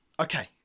okay